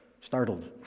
Startled